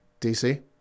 DC